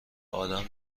آدم